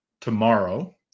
tomorrow